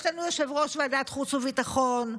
יש לנו יושב-ראש ועדת חוץ וביטחון,